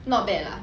not bad lah